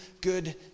good